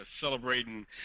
celebrating